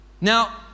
now